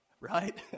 Right